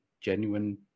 genuine